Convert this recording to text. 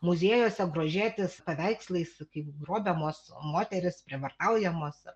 muziejuose grožėtis paveikslais kaip grobiamos moterys prievartaujamos